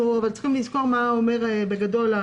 אנחנו צריכים לזכור מה נאמר בגדול בתקנות.